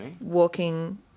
walking